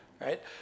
Right